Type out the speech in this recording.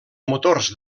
motors